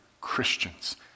Christians